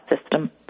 system